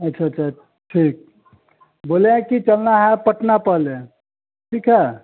अच्छा अच्छा ठीक बोले हैं कि चलना है पटना पहले ठीक है